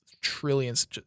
trillions